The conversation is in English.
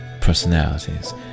personalities